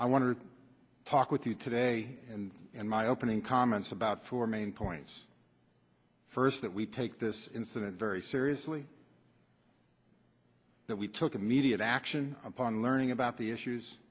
to talk with you today and in my opening comments about four main points first that we take this incident very seriously that we took immediate action upon learning about the issues